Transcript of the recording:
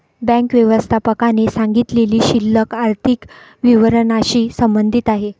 bank व्यवस्थापकाने सांगितलेली शिल्लक आर्थिक विवरणाशी संबंधित आहे